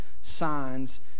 signs